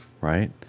right